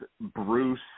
Bruce